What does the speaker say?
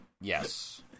Yes